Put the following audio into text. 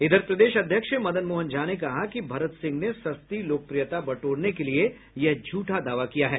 इधर प्रदेश अध्यक्ष मदन मोहन झा ने कहा कि भरत सिंह ने सस्ती लोकप्रियता बटोरने के लिये यह झूठा दावा किया है